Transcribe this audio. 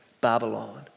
Babylon